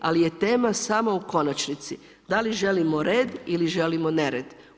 Ali, je tema samo u konačnici, da li želimo red ili želimo nered.